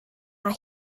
mae